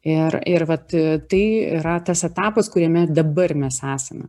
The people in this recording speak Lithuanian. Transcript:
ir ir vat tai yra tas etapas kuriame dabar mes esame